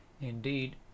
indeed